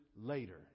later